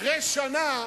אחרי שנה,